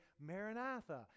Maranatha